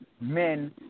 men